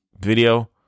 video